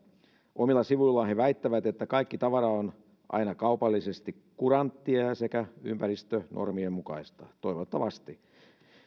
omilla sivuillaan he väittävät että kaikki tavara on aina kaupallisesti kuranttia sekä ympäristönormien mukaista toivottavasti